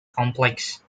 complex